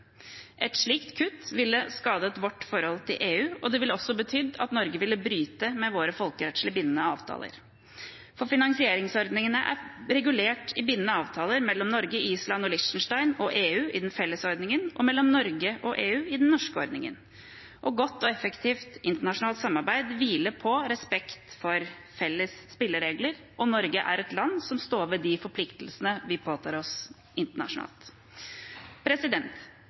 Et slikt kutt ville skadet vårt forhold til EU, og det ville også betydd at Norge ville bryte med våre folkerettslig bindende avtaler, for finansieringsordningene er regulert i bindende avtaler mellom Norge, Island og Liechtenstein og EU i den felles ordningen og mellom Norge og EU i den norske ordningen. Godt og effektivt internasjonalt samarbeid hviler på respekt for felles spilleregler, og Norge er et land som står ved de forpliktelsene vi påtar oss internasjonalt.